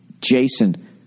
Jason